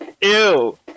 Ew